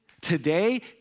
today